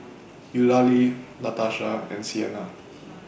Eulalie Latasha and Siena